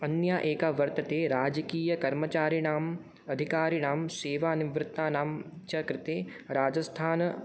अन्या एका वर्तते राजकीयकर्मचारिणाम् अधिकारिणां सेवानिर्वृत्तानाञ्च कृते राजस्थान